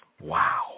Wow